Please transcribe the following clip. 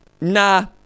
nah